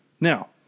Now